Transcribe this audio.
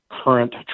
current